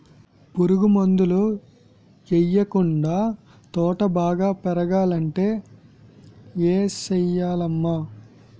పురుగు మందులు యెయ్యకుండా తోట బాగా పెరగాలంటే ఏ సెయ్యాలమ్మా